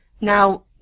Now